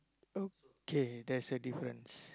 okay that's a difference